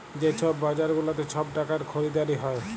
যে ছব বাজার গুলাতে ছব টাকার খরিদারি হ্যয়